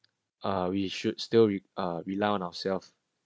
uh we should still uh rely on ourselves